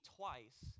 twice